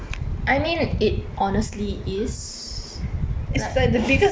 I mean it honestly is like